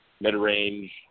mid-range